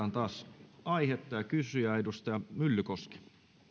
vaihdetaan taas aihetta ja kysyjää edustaja myllykoski